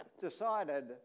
decided